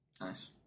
Nice